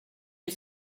you